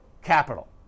capital